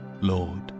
Lord